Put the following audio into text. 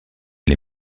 les